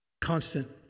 constant